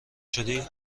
شدی